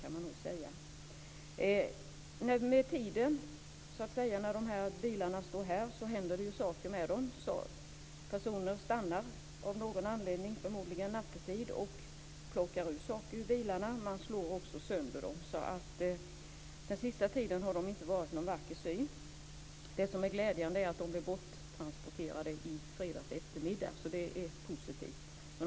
Under tiden bilarna står övergivna händer saker med dem. Personer stannar, förmodligen nattetid, och plockar saker ur dem och slår sönder dem. På sista tiden har bilarna därför inte varit någon vacker syn. Den glädjande nyheten är att de blev borttransporterade i fredags eftermiddag.